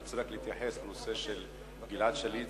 אני רוצה להתייחס לנושא של גלעד שליט.